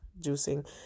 juicing